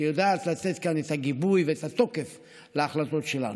שיודעת לתת כאן את הגיבוי ואת התוקף להחלטות שלנו.